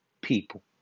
people